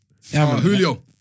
Julio